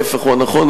ההיפך הוא הנכון,